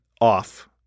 off